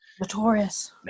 Notorious